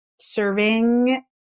Serving